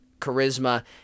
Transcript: charisma